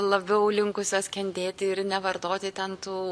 labiau linkusios kentėti ir nevartoti ten tų